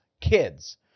Kids